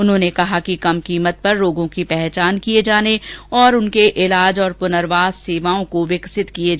उन्होंने कहा कि कम कीमत पर रोगों की पहचान किए जाने उनके इलाज और पुनर्वास सेवाओं को विकसित करने की जरूरत है